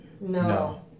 No